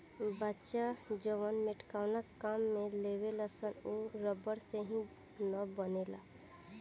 बच्चा जवन मेटकावना काम में लेवेलसन उ रबड़ से ही न बनेला